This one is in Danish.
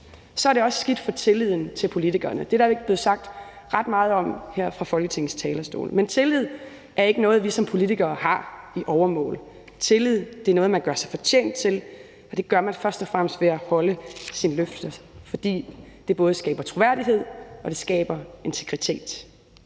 Så er det også skidt for tilliden til politikerne. Det er der ikke blevet sagt ret meget om her fra Folketingets talerstol. Men tillid er ikke noget, vi som politikere har i overmål. Tillid er noget, man gør sig fortjent til, og det gør man først og fremmest ved at holde sine løfter, fordi det både skaber troværdighed og skaber integritet.